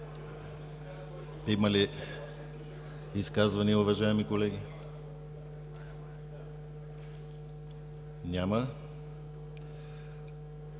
Има ли изказвания, уважаеми колеги? Няма.